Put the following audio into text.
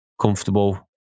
comfortable